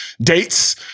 Dates